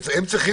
הם צריכים